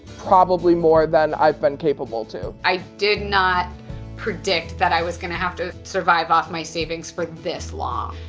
probably more than i've been capable to. i did not predict that i was going to have to survive off my savings for this long.